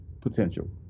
potential